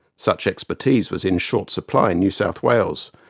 such expertise was in short supply in new south wales,